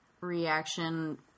reaction